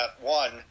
one